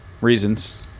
reasons